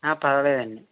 పర్వాలేదండీ